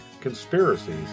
conspiracies